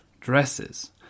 dresses